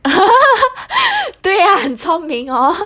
对呀很聪明 orh